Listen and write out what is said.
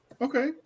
Okay